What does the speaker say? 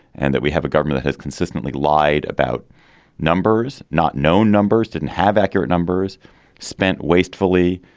and that we have a government has consistently lied about numbers, not no numbers, didn't have accurate numbers spent wastefully,